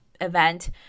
event